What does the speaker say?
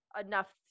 enough